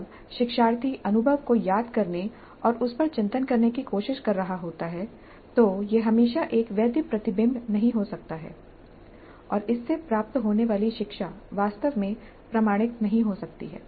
जब शिक्षार्थी अनुभव को याद करने और उस पर चिंतन करने की कोशिश कर रहा होता है तो यह हमेशा एक वैध प्रतिबिंब नहीं हो सकता है और इससे प्राप्त होने वाली शिक्षा वास्तव में प्रामाणिक नहीं हो सकती है